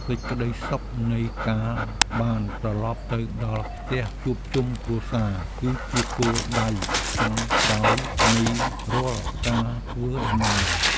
សេចក្ដីសុខនៃការបានត្រឡប់ទៅដល់ផ្ទះជួបជុំគ្រួសារ គឺជាគោលដៅចុងក្រោយនៃរាល់ការធ្វើដំណើរ។